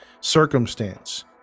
circumstance